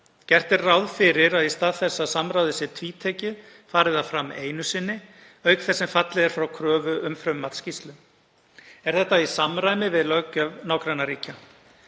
Gert er ráð fyrir að í stað þess að samráðið sé tvítekið fari það fram einu sinni auk þess sem fallið er frá kröfu um frummatsskýrslu. Er það í samræmi við löggjöf nágrannaríkja.